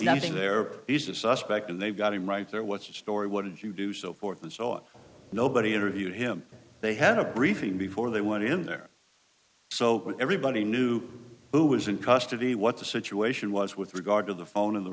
nothing there he's a suspect and they've got him right there what's the story what did you do so forth and so on nobody interviewed him they had a briefing before they went in there so everybody knew who was in custody what the situation was with regard to the phone and the